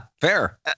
fair